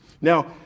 Now